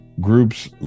groups